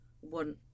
one